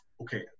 okay